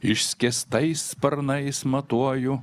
išskėstais sparnais matuoju